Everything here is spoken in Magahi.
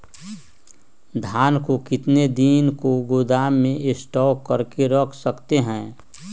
धान को कितने दिन को गोदाम में स्टॉक करके रख सकते हैँ?